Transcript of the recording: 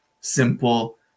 simple